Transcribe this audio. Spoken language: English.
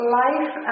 life